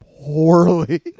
poorly